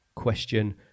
question